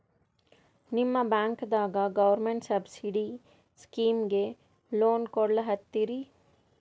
ನಿಮ ಬ್ಯಾಂಕದಾಗ government subsidy ಸ್ಕೀಮಿಗಿ ಲೊನ ಕೊಡ್ಲತ್ತೀರಿ?